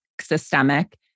systemic